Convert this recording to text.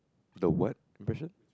the what impression